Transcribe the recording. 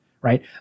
right